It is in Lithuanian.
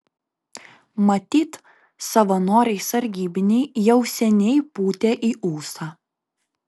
matyt savanoriai sargybiniai jau seniai pūtė į ūsą